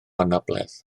anabledd